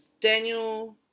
Daniel